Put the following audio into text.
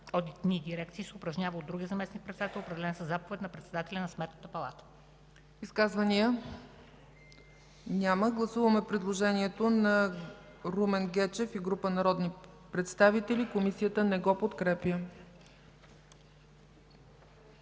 одитни дирекции се упражняват от другия заместник-председател, определен със заповед на председателя на Сметната палата.” ПРЕДСЕДАТЕЛ ЦЕЦКА ЦАЧЕВА: Изказвания? Няма. Гласуваме предложението на Румен Гечев и група народни представители. Комисията не го подкрепя.